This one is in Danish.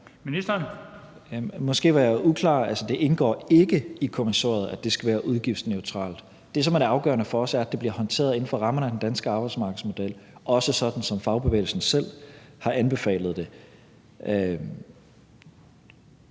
(fg.): Måske var jeg uklar. Altså, det indgår ikke i kommissoriet, at det skal være udgiftsneutralt. Det, som er det afgørende for os, er, at det bliver håndteret inden for rammerne at den danske arbejdsmarkedsmodel, også sådan som fagbevægelsen selv har anbefalet det.